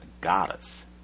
goddess